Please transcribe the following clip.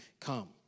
come